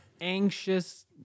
anxious